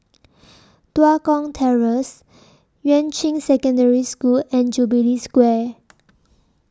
Tua Kong Terrace Yuan Ching Secondary School and Jubilee Square